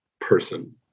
person